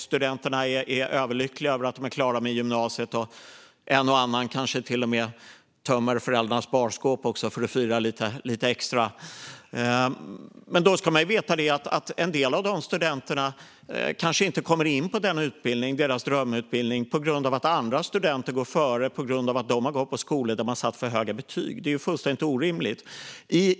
Studenterna är överlyckliga över att vara klara med gymnasiet. En och annan kanske till och med tömmer föräldrarnas barskåp för att fira lite extra. Men då ska man veta att en del av dessa studenter kanske inte kommer in på sin drömutbildning på grund av att andra studenter går före på grund av att de har gått på skolor där man satt för höga betyg. Det är fullständigt orimligt.